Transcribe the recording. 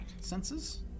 senses